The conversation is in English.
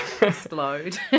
explode